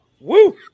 Woo